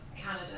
Canada